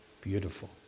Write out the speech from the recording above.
beautiful